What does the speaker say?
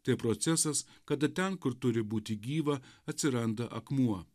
tai procesas kada ten kur turi būti gyva atsiranda akmuo